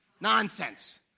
Nonsense